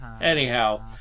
Anyhow